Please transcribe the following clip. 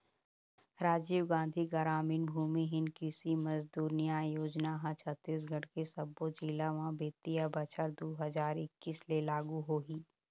राजीव गांधी गरामीन भूमिहीन कृषि मजदूर न्याय योजना ह छत्तीसगढ़ के सब्बो जिला म बित्तीय बछर दू हजार एक्कीस ले लागू होही